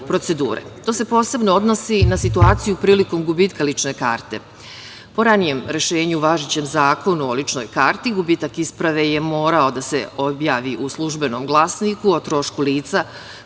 To se posebno odnosi na situaciju prilikom gubitka lične karte. Po ranijem rešenju u važećem Zakonu o ličnoj karti gubitak isprave je morao da se objavi u „Službenom glasniku“ o trošku lica